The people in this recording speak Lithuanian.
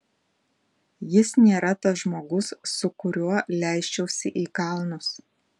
jis nėra tas žmogus su kuriuo leisčiausi į kalnus